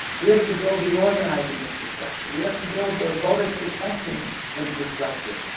we have to build the organizing infrastructure, we have to build the voter-protection infrastructure.